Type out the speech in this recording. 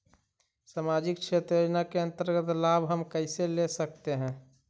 समाजिक क्षेत्र योजना के अंतर्गत लाभ हम कैसे ले सकतें हैं?